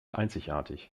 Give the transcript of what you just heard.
einzigartig